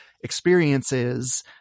experiences